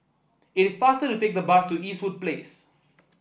it is faster to take the bus to Eastwood Place